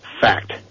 fact